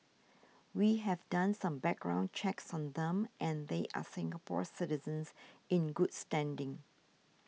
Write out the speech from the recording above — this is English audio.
we have done some background checks on them and they are Singapore citizens in good standing